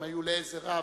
הם היו לעזר רב,